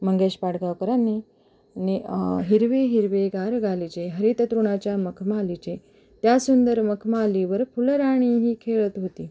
मंगेश पाडगावकरांनी ने हिरवे हिरवे गार गालिचे हरित तृणांच्या मखमालीचे त्या सुंदर मखमालीवर फुलराणीही खेळत होती